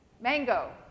mango